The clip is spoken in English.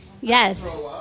Yes